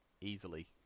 easily